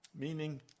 meaning